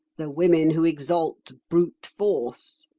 the women who exalt brute force.